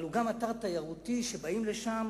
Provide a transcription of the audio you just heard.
והוא גם אתר תיירותי שבאים אליו